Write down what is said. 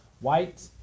White